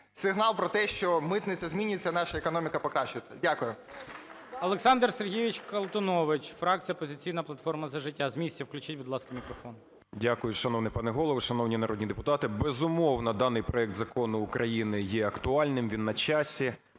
сигнал про те, що митниця змінюється, наша економіка покращується. Дякую. ГОЛОВУЮЧИЙ. Олександр Сергійович Колтунович, фракція "Опозиційна платформа – За життя". З місця включіть, будь ласка, мікрофон. 13:23:23 КОЛТУНОВИЧ О.С. Дякую. Шановний пане Голово, шановні народні депутати! Безумовно, даний проект закону України є актуальним, він на часі.